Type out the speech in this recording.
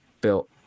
built